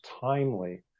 timely